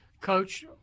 Coach